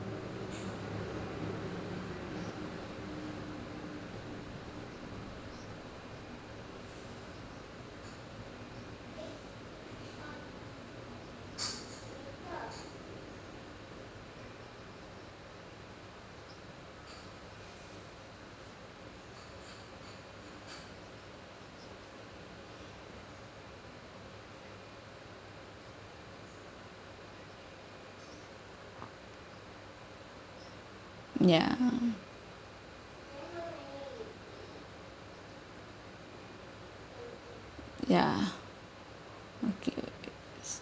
ya ya okay